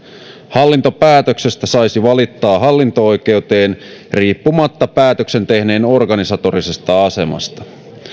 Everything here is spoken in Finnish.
hallintopäätöksestä saisi valittaa hallinto oikeuteen riippumatta päätöksen tehneen organisatorisesta asemasta